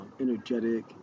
energetic